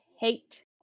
hate